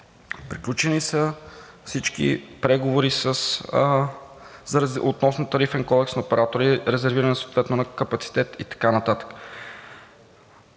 Приключени са всички преговори относно тарифен кодекс на оператори, резервиране съответно на капацитет и така